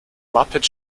muppet